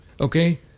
Okay